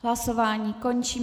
Hlasování končím.